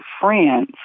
friends